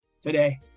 today